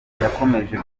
yakomeje